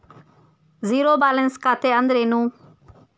Zero balance ಖಾತೆ ಅಂದ್ರೆ ಏನು?